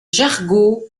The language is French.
jargeau